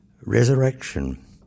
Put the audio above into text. resurrection